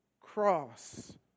cross